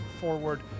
forward